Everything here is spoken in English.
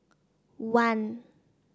one